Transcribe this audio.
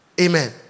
Amen